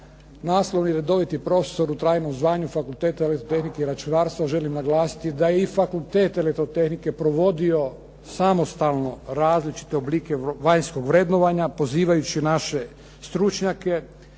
nastavni i redoviti profesor u trajnom zvanju Fakulteta elektrotehnike i računarstva želim naglasiti da je i Fakultet elektrotehnike provodio samostalno različite oblike vanjskog vrednovanja pozivajući naše stručnjake